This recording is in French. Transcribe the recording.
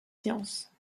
sciences